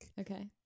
Okay